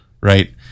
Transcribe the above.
Right